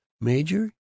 Major